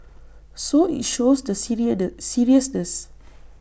so IT shows the seriousness